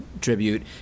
tribute